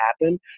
happen